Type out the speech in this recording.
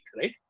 right